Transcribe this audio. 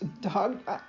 dog